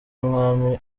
umwami